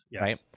Right